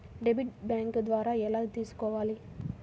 Debit bank ద్వారా ఎలా తీసుకోవాలి?